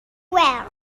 well